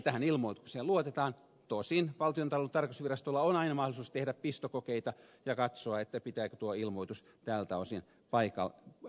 tähän ilmoitukseen luotetaan tosin valtiontalouden tarkastusvirastolla on aina mahdollisuus tehdä pistokokeita ja katsoa pitääkö tuo ilmoitus tältä osin paikkansa